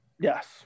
Yes